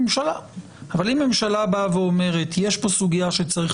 במקום שבו המחוקק בא ואומר: הרשות המבצעת,